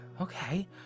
Okay